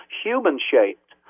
human-shaped